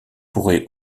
pourrait